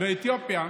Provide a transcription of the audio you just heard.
שבאתיופיה